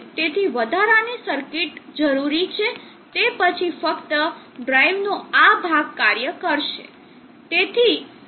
તેથી વધારાની સર્કિટરી જરૂરી છે તે પછી ફક્ત ડ્રાઇવનો આ ભાગ કાર્ય કરશે